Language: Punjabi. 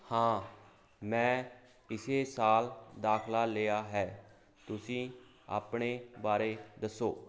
ਹਾਂ ਮੈਂ ਇਸ ਸਾਲ ਦਾਖਲਾ ਲਿਆ ਹੈ ਤੁਸੀਂ ਆਪਣੇ ਬਾਰੇ ਦੱਸੋ